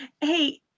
Hey